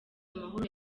amahoro